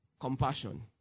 compassion